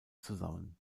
zusammen